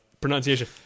pronunciation